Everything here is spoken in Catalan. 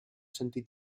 sentit